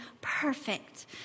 perfect